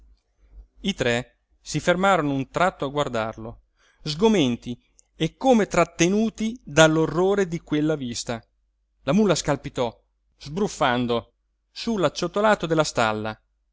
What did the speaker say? i tre si fermarono un tratto a guardarlo sgomenti e come trattenuti dall'orrore di quella vista la mula scalpitò sbruffando su l'acciottolato della stalla